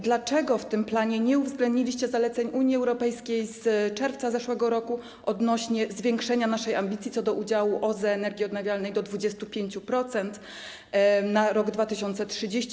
Dlaczego w tym planie nie uwzględniliście zaleceń Unii Europejskiej z czerwca zeszłego roku odnośnie do zwiększenia naszej ambicji co do udziału OZE, energii odnawialnej, do 25% na rok 2030?